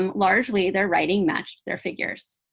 um largely their writing matched their figures.